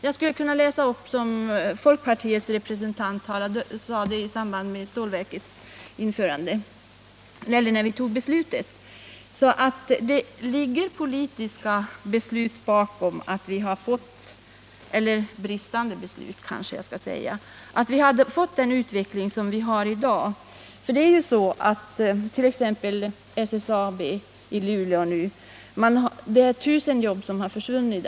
Jag skulle kunna citera vad folkpartiets representant sade i samband med att beslutet fattades. Politiska beslut — eller bristande politiska beslut kanske jag skulle säga — har medfört att vi fått den utveckling som vii dag har. SSABi Luleå har 1 000 jobb försvunnit.